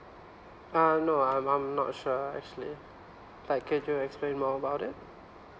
uh no I'm I'm not sure actually but could you explain more about it